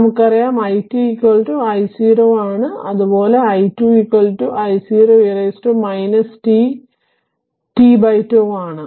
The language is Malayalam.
നമുക്കറിയാം it I0 ആണ് അതെ പോലെ I2 I0 e ttτ ആണ്